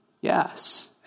Yes